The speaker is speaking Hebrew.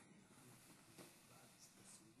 אני רוצה לתאר לכם את המצב לאשורו,